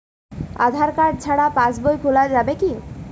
আধার card ছাড়া পাশবই খোলা যাবে কি?